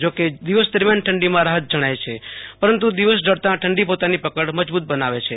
જોકે દિવસ દરમિયાન ઠંડીમાં રાહત જણાય છે પરંતુ દિવસ ઢળતાં ઠંડી પોતાની પકડ મજબૂત બનાવે છે